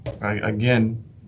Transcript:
Again